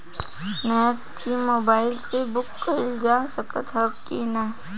नया sim mobile से book कइलजा सकत ह कि ना?